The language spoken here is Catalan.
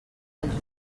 pel